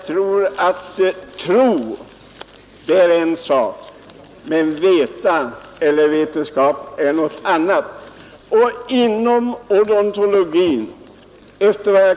Tro är en sak, men vetande och vetenskap är någonting annat.